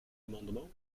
amendement